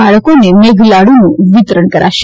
બાળકોને મેઘલાડુનું વિતરણ કરાશે